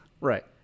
Right